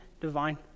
divine